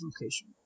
location